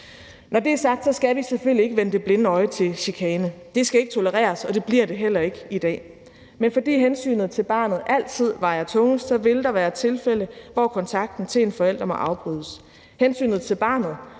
Når det er sagt, skal vi selvfølgelig ikke vende det blinde øje til chikane. Det skal ikke tolereres, og det bliver det heller ikke i dag, men fordi hensynet til barnet altid vejer tungest, vil der være tilfælde, hvor kontakten til en forælder må afbrydes. Hensynet til barnet